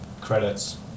credits